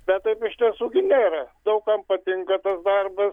bet taip iš tiesų nėra daug kam patinka tas darbas